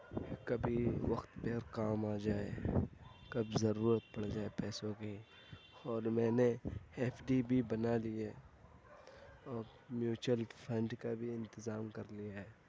کبھی وقت پہ کام آ جائے کب ضرورت پڑ جائے پیسوں کی اور میں نے ایف ڈی بھی بنا لی ہے اور میوچول فنڈ کا بھی انتظام کر لیا ہے